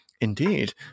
indeed